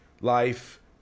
life